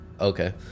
Okay